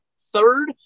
third